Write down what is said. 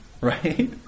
Right